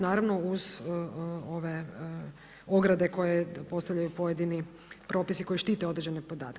Naravno, uz ove ograde koje postavljaju pojedini propisi koji štite određene podatke.